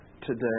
today